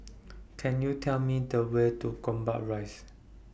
Can YOU Tell Me The Way to Gombak Rise